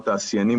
התעשיינים,